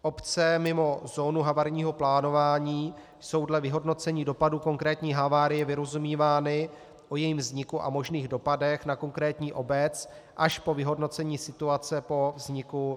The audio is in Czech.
Obce mimo zónu havarijního plánování jsou dle vyhodnocení dopadu konkrétní havárie vyrozumívány o jejím vzniku a možných dopadech na konkrétní obec až po vyhodnocení situace po vzniku havárie.